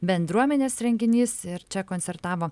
bendruomenės renginys ir čia koncertavo